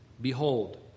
Behold